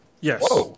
Yes